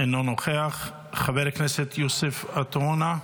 אינו נוכח, חבר הכנסת יוסף עטאונה,